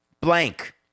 Blank